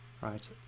right